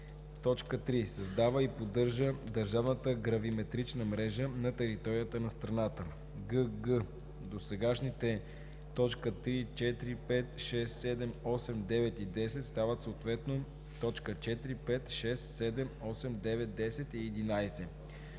т. 3: „3. създава и поддържа държавната гравиметрична мрежа на територията на страната.“ гг) досегашните т. 3, 4, 5, 6, 7, 8, 9 и 10 стават съответно т. 4, 5, 6, 7, 8, 9, 10 и 11;